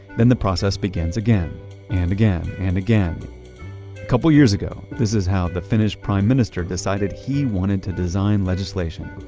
then the process begins again and again and again. a couple years ago, this is how the finnish prime minister decided he wanted to design legislation.